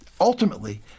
Ultimately